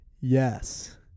yes